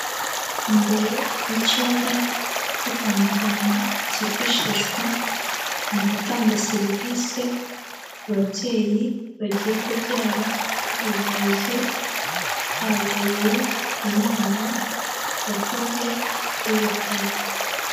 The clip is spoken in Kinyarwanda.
Imbere y'icyumba cyo kwa muganga cyifashishwa mu gutanga serivise ku babyeyi bagiye kubyara z'ubuvuzi habereye inama ku bakozi b'ibitaro.